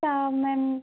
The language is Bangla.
তা ম্যাম